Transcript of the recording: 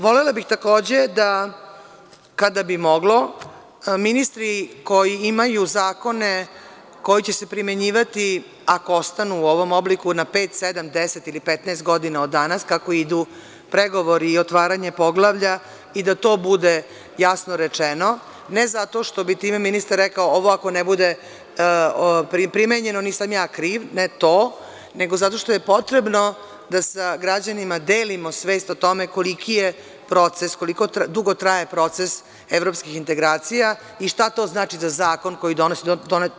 Volela bih, takođe, da kada bi moglo, ministri koji imaju zakone koji će se primenjivati, ako ostanu u ovom obliku na pet, sedam, deset ili 15 godina od danas, kako idu pregovori i otvaranje poglavlja i da to bude jasno rečeno, ne zato što bi time ministar rekao ovo ako ne bude primenjeno nisam ja kriv, ne to, nego zato što je potrebno da sa građanima delimo svest o tome koliki je proces, koliko dugo traje proces evropskih integracija i šta to znači za zakon koji donosimo.